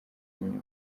inyuma